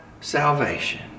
salvation